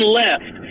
left